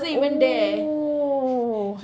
oh